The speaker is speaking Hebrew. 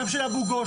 גם של אבו גוש,